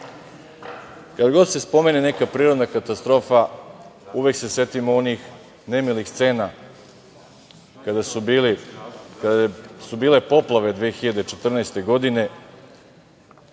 Kad god se spomene neka prirodna katastrofa, uvek se setimo onih nemilih scena kada su bile poplave 2014. godine